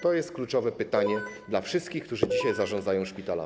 To jest kluczowe pytanie dla wszystkich, którzy dzisiaj zarządzają szpitalami.